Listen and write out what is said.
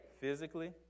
Physically